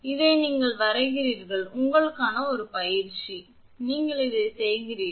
834 இது நீங்கள் வரைகிறீர்கள் இது உங்களுக்கான ஒரு பயிற்சியாகும் நீங்கள் இதைச் செய்கிறீர்கள்